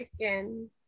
chicken